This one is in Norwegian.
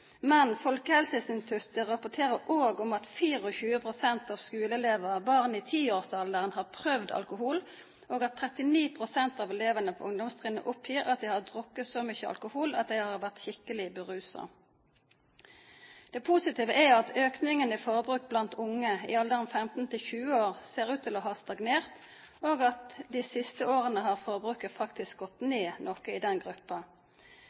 men Folkehelseinstituttet rapporterer også om at 24 pst. av skoleelever/barn i tiårsalderen har prøvd alkohol, og at 39 pst. av elevene på ungdomstrinnet oppgir at de har drukket så mye alkohol at de har vært skikkelig beruset. Det positive er at økningen i forbruk blant unge i alderen 15–20 år ser ut til å ha stagnert. De siste årene har forbruket faktisk gått ned noe i den